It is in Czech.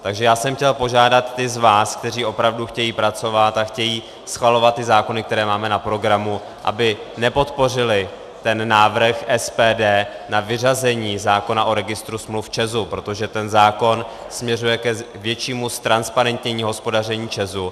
Takže já jsem chtěl požádat ty z vás, kteří opravdu chtějí pracovat a chtějí schvalovat ty zákony, které máme na programu, aby nepodpořili návrh SPD na vyřazení zákona o registru smluv ČEZu, protože ten zákon směřuje k většímu ztransparentnění hospodaření ČEZu.